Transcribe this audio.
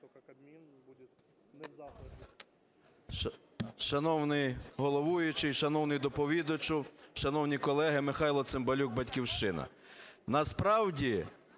Шановний головуючий, шановний доповідачу, шановні колеги! Михайло Цимбалюк, "Батьківщина". Насправді,